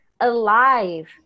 alive